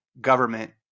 government